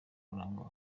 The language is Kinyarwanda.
kurangwa